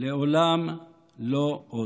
לעולם לא עוד.